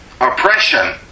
oppression